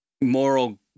moral